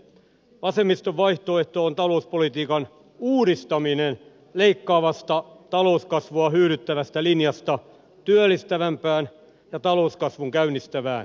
vasemmiston vaihtoehto on talouspolitiikan uudistaminen leikkaavasta talouskasvua hyydyttävästä linjasta työllistävämpään ja talouskasvun käynnistävään suuntaan